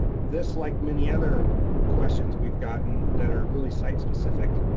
this like many other questions we've gotten that are really site specific,